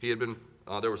he had been there